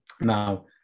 Now